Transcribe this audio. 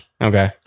okay